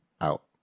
out